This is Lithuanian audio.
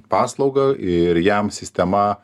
paslaugą ir jam sistema